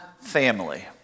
family